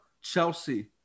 Chelsea